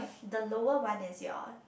the lower one is your